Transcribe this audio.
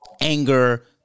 anger